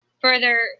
further